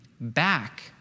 back